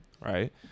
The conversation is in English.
right